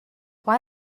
why